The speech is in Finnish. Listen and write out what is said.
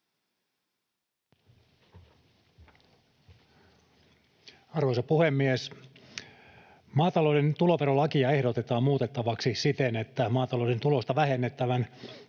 Arvoisa puhemies! Maatalouden tuloverolakia ehdotetaan muutettavaksi siten, että maatalouden tulosta vähennettävän